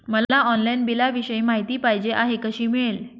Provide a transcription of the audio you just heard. मला ऑनलाईन बिलाविषयी माहिती पाहिजे आहे, कशी मिळेल?